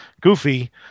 Goofy